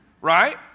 Right